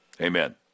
Amen